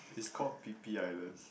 it's called Phi-Phi Islands